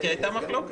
כי הייתה מחלוקת.